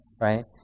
right